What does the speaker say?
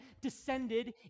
descended